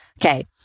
Okay